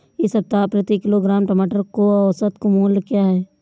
इस सप्ताह प्रति किलोग्राम टमाटर का औसत मूल्य क्या है?